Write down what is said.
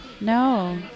No